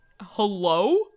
Hello